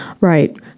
Right